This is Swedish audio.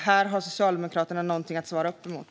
Här har Socialdemokraterna någonting att svara upp emot.